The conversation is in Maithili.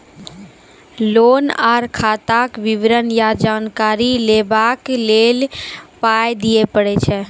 लोन आर खाताक विवरण या जानकारी लेबाक लेल पाय दिये पड़ै छै?